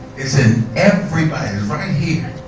is in everybody, is right here,